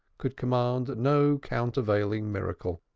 could command no countervailing miracle.